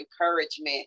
encouragement